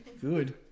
Good